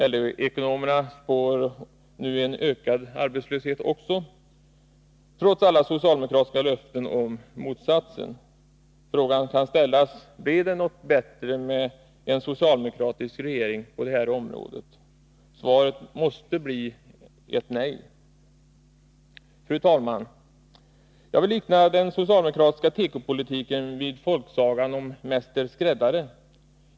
LO-ekonomerna spår nu också en ökad arbetslöshet, trots alla socialdemokratiska löften om motsatsen. Följande fråga kan ställas: Blev det på detta område bättre med en socialdemokratisk regering? Svaret måste bli nej. Fru talman! Jag vill likna den socialdemokratiska tekopolitiken vid folksagan om Mäster skräddare.